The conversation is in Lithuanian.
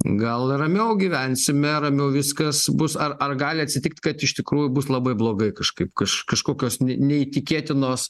gal ramiau gyvensime ramiau viskas bus ar ar gali atsitikti kad iš tikrųjų bus labai blogai kažkaip kaž kažkokios ne neįtikėtinos